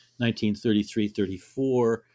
1933-34